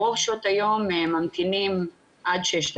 ברוב שעות היום ממתינים עד שש דקות.